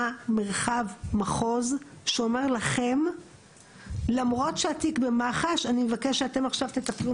מרחב מחוז שאומר לכם שלמרות שהתיק במח"ש הוא מבקש שאתם תטפלו